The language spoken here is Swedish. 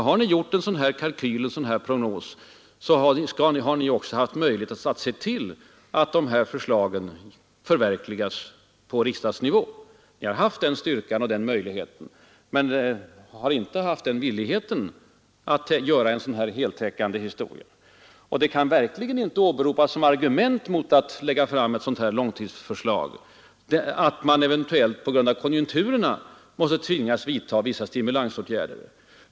Har ni gjort en sådan här kalkyl och en sådan här prognos har ni också haft möjlighet att se till att förslagen förverkligas på riksdagsnivå. Ni har haft den styrkan och den möjligheten. Men ni har inte haft villigheten att göra en heltäckande prognos. Och det kan verkligen inte åberopas som argument mot att lägga fram ett långtidsförslag, att man eventuellt på grund av konjunkturerna kan bli tvingad att vidta olika slags konjunkturpolitiska åtgärder.